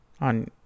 on